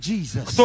Jesus